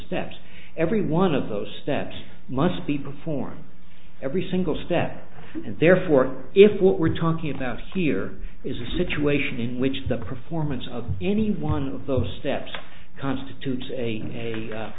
steps every one of those steps must be performed every single step and therefore if what we're talking about here is a situation in which the performance of any one of those steps constitutes a